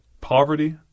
poverty